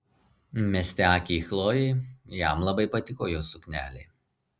mesti akį į chlojė jam labai patiko jos suknelė